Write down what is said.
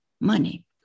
money